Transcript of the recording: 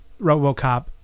RoboCop